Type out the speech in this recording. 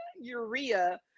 Urea